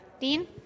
Dean